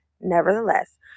Nevertheless